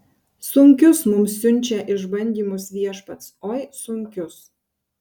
sunkius mums siunčia išbandymus viešpats oi sunkius